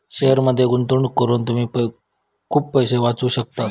शेअर्समध्ये गुंतवणूक करून तुम्ही खूप पैसे वाचवू शकतास